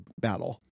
battle